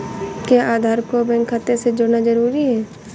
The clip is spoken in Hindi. क्या आधार को बैंक खाते से जोड़ना जरूरी है?